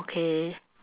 okay